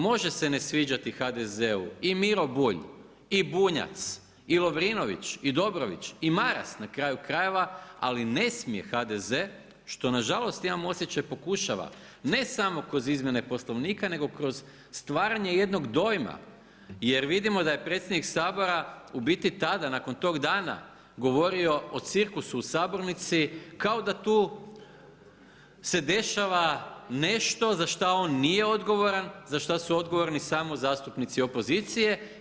Može se ne sviđati HDZ-u i Miro Bulj i Bunjac i Lovrinović i Dobrović i Maras na kraju krajeva, ali ne smije HDZ, što nažalost imam osjećaj pokušava, ne samo kroz izmjene Poslovnika, nego kroz stvaranje jednog dojma, jer vidimo da je predsjednik Sabora u biti tada nakon toga dana govorio, o cirkusu u sabornici, kao da tu se dešava nešto za što on nije odgovoran, za što su odgovorni samo zastupnici opozicije.